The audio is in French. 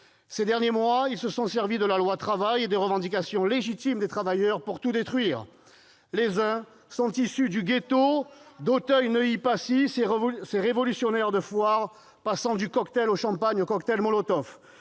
Ces derniers mois, ces groupes se sont servis de la loi Travail et des revendications légitimes des travailleurs pour tout détruire. Les uns sont issus du « ghetto » d'Auteuil-Neuilly-Passy, ces révolutionnaires de foire passant du cocktail au champagne au cocktail Molotov